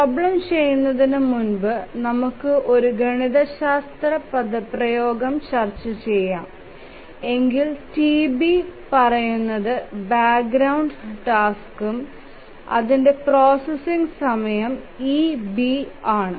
problem ചെയ്യുന്നതിന് മുമ്പ് നമുക്ക് ഒരു ഗണിതശാസ്ത്ര പദപ്രയോഗം ചർച്ച ചെയ്യാം എങ്കിൽ TB പറയുന്നതു ബാക്ക്ഗ്രൌണ്ട് ടാസ്കും അതിന്ടെ പ്രോസസിംഗ് സമയം eB ആണ്